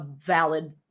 valid